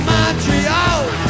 Montreal